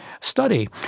study